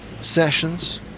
Sessions